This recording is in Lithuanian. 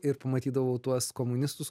ir pamatydavau tuos komunistus